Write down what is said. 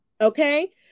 okay